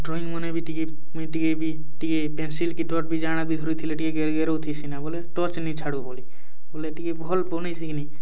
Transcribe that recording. drawing ମାନେ ଟିକେ ମୁଇଁ ଟିକେ ବି ଟିକେ ପେନ୍ସିଲ୍ କି ଡଟ୍ ବି ଯାଣା ବି ଧରିଥିଲେ ଟିକେ ଗେର୍ଗେରଉ ଥିସି ନ ବେଲେ ଟଚ୍ ନି ଛାଡ଼ୁ ବୋଲି ବେଲେ ଟିକେ ଭଲ୍ ବନାସି କିନି